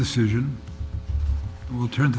decision will turn